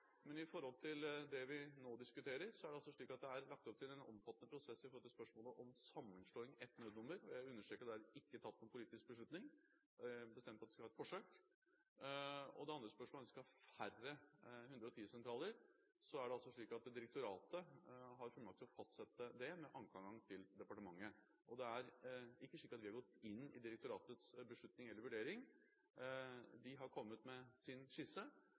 men når det gjelder det vi nå diskuterer, er det lagt opp til en omfattende prosess i spørsmålet om sammenslåing til ett nødnummer. Jeg understreker at der er det ikke tatt noen politisk beslutning. Vi har bestemt at vi skal ha et forsøk. Til det andre spørsmålet, om vi skal ha færre 110-sentraler, har direktoratet fullmakt til å fastsette det, med ankeadgang til departementet. Det er ikke slik at vi har gått inn i direktoratets vurdering. De har kommet med sin skisse,